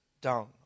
down